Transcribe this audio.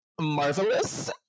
marvelous